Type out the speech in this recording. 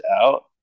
out